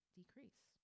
decrease